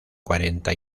cuarenta